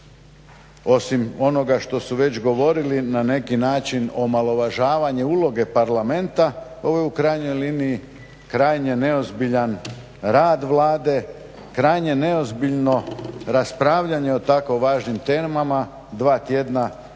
osim onoga što su već govorili na neki način omalovažavanje uloge Parlamenta, ovo je u krajnjoj liniji krajnje neozbiljan rad vlade, krajnje neozbiljno raspravljanje o tako važnim temama, dva tjedna prije